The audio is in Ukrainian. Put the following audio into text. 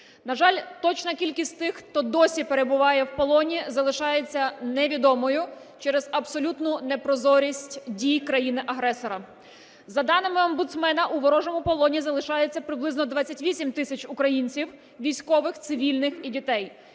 На жаль, точна кількість тих, хто досі перебуває в полоні, залишається невідомою через абсолютну непрозорість дій країни-агресора. За даними омбудсмена, у ворожому полоні залишається приблизно 28 тисяч українців: військових, цивільних і дітей.